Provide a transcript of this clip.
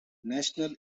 national